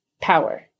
power